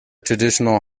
traditional